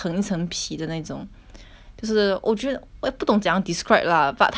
就是我觉得我也不懂怎样 describe lah but 他比较 spec~ 他比较不一样 lah